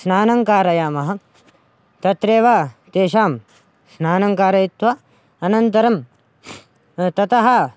स्नानं कारयामः तत्रैव तेषां स्नानं कारयित्वा अनन्तरं ततः